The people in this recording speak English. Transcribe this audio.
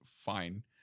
Fine